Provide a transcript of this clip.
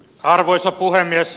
arvoisa puhemies